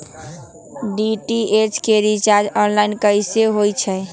DTH के recharge online कैसे होईछई?